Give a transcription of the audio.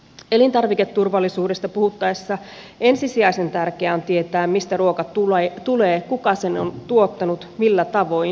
elintarviketurvallisuudesta puhuttaessa ensisijaisen tärkeää on tietää mistä ruoka tulee kuka sen on tuottanut millä tavoin ja missä